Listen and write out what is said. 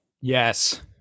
Yes